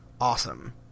awesome